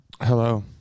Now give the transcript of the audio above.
Hello